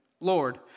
Lord